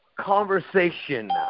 conversation